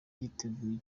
yiteguye